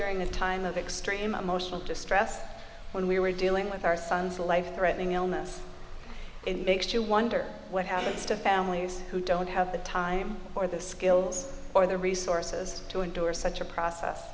during a time of extreme emotional distress when we were dealing with our son's a life threatening illness and it makes you wonder what happens to families who don't have the time or the skills or the resources to endure such a process